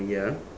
ya